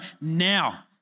now